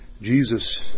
Jesus